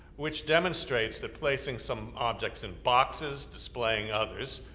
which demonstrates that placing some objects in boxes, displaying others,